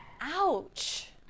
Ouch